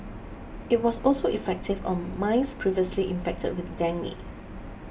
it was also effective on mice previously infected with dengue